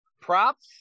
props